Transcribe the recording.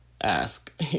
ask